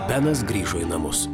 benas grįžo į namus